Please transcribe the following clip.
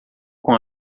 com